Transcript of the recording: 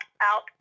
out